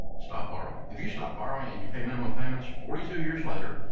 stop borrowing. if you stop borrowing and you pay minimum payments, forty two years later,